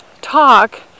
talk